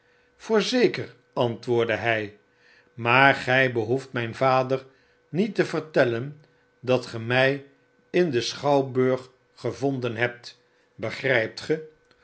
voorzeker antwoordde hy maar gy behoeft myn vader niet te vertellen dat ge mij in den schouwburg gevonden hebt begrypt ge